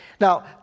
Now